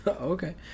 Okay